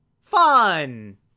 Fun